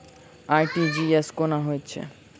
RTGS कोना होइत छै?